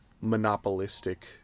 monopolistic